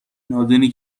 نادونی